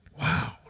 Wow